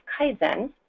Kaizen